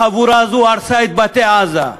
החבורה הזאת הרסה את בתי עזה.